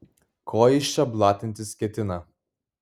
ko jis čia blatintis ketina